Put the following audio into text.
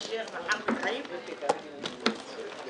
הישיבה ננעלה בשעה 14:08.